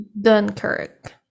Dunkirk